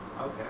Okay